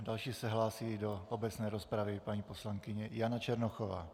Další se hlásí do obecné rozpravy paní poslankyně Jana Černochová.